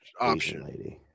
option